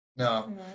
No